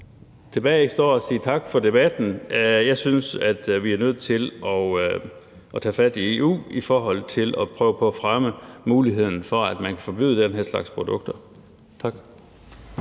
Tilbage står bare at sige tak for debatten. Jeg synes, vi er nødt til at tage fat i EU i forhold til at prøve på at fremme muligheden for, at man kan forbyde den her slags produkter. Tak.